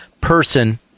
person